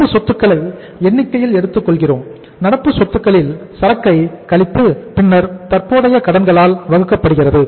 நடப்பு சொத்துக்களை எண்ணிக்கையில் எடுத்துக் கொள்கிறோம் நடப்பு சொத்துக்களில் சரக்கை கழித்து பின்னர் தற்போதைய கடன்களால் வகுக்கப்படுகிறது